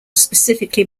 specifically